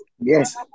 Yes